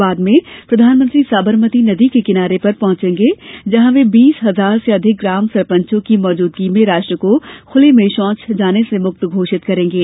बाद में प्रधानमंत्री साबरमती नदी के किनारे पर पहुंचेंगे जहां वे बीस हज़ार से अधिक ग्राम सरपंचों की मौजूदगी में राष्ट्र को खले में शौच जाने से मुक्त घोषित करेंगे